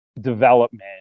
development